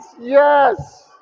yes